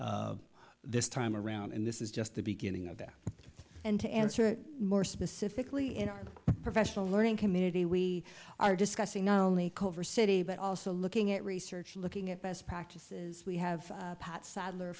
d this time around and this is just the beginning of that and to answer it more specifically in our professional learning community we are discussing not only cover city but also looking at research looking at best practices we have pat saddler